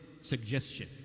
suggestion